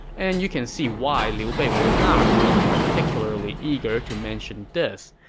and you can see why liu bei would not be particularly eager to mention this,